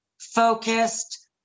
focused